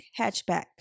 Hatchback